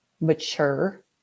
mature